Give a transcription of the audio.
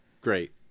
Great